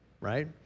right